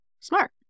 Smart